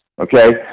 Okay